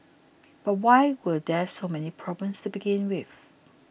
but why were there so many problems to begin with